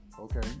okay